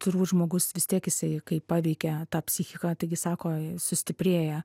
turbūt žmogus vis tiek jisai kai paveikia tą psichiką taigi sako sustiprėja